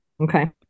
Okay